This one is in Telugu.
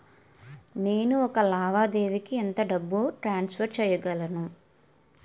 నేను ఒక లావాదేవీకి ఎంత డబ్బు ట్రాన్సఫర్ చేయగలను?